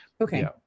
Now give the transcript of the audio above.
okay